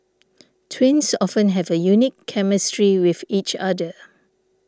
twins often have a unique chemistry with each other